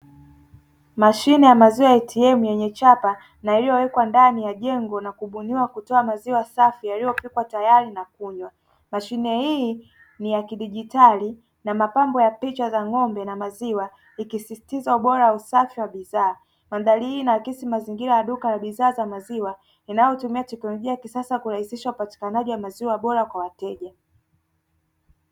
Mashine ya maziwa atm yenye chapa na iliyowekwa ndani ya jengo na kubuniwa kutoa maziwa safi yaliyo pikwa tayari na kunywa, mashine hii ni ya kidijitali na mapambo ya picha za ng'ombe na maziwa, ikisisitiza ubora wa usafi wa bidhaa madhari hii inaakisi mazingira ya duka la bidhaa za maziwa inayotumia teknolojia ya kisasa kurahisisha upatikanaji wa maziwa bora kwa wateja.